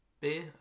beer